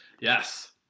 Yes